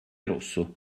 rosso